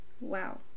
Wow